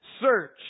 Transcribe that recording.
search